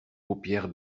paupières